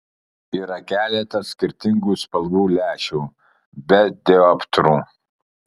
yra keletas skirtingų spalvų lęšių be dioptrų